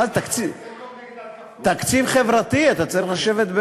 תקציב חברתי, אתה צריך לשבת,